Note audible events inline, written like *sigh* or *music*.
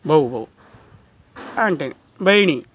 ಭಾವು ಭಾವು *unintelligible* ಭೈಣಿ